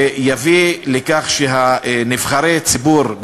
ויביא לכך שנבחרי הציבור,